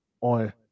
on